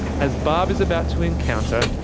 as barb is about to encounter.